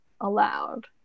allowed